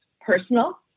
personal